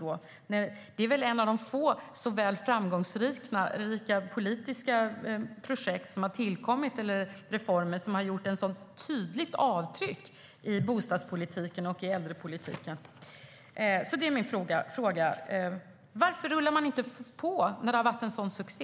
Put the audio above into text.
Detta är väl en av de få framgångsrika politiska reformer som har gjort ett tydligt avtryck i bostadspolitiken och i äldrepolitiken. Min fråga är: Varför rullar man inte på när det har varit en sådan succé?